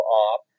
off